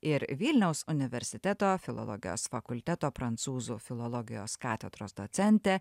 ir vilniaus universiteto filologijos fakulteto prancūzų filologijos katedros docentė